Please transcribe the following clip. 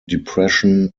depression